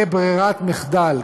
כברירת מחדל,